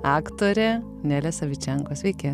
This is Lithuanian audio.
aktorė nelė savičenko sveiki